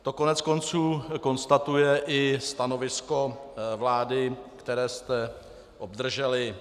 To koneckonců konstatuje i stanovisko vlády, které jste obdrželi.